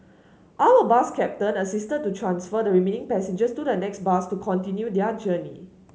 our bus captain assisted to transfer the remaining passengers to the next bus to continue their journey